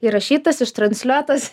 įrašytas ištransliuotas